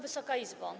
Wysoka Izbo!